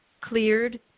cleared